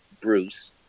Bruce